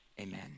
amen